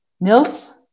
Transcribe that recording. Nils